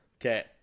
Okay